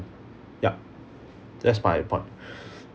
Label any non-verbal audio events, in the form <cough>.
yup that's my point <breath>